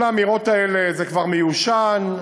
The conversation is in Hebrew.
כל האמירות האלה: זה כבר מיושן,